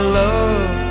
love